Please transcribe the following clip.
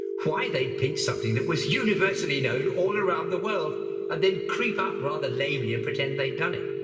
why they'd pinch something that was universally known all around the world and then creep up rather lamely and pretend they'd done it.